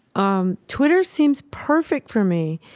um twitter seems perfect for me.